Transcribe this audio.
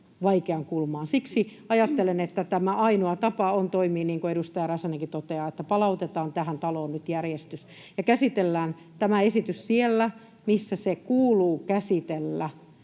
Siksi ajattelen, että ainoa tapa on toimia niin kuin edustaja Räsänenkin toteaa, että palautetaan tähän taloon nyt järjestys ja käsitellään tämä esitys siellä, missä se kuuluu käsitellä.